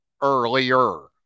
earlier